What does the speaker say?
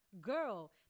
girl